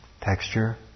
texture